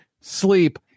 sleep